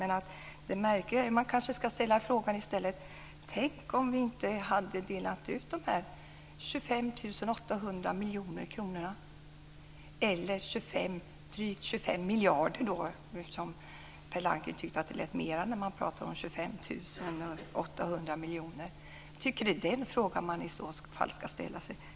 Men man kanske i stället ska ställa frågan: Hur hade det blivit om vi inte hade delat ut de här 25 800 miljoner kronorna - eller dryga 25 miljarderna, eftersom Per Landgren tyckte att det lät mer när man pratade om 25 800 miljoner? Jag tycker att det är den frågan man i så fall ska ställa sig.